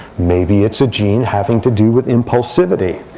maybe it's a gene having to do with impulsivity.